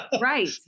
Right